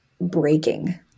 breaking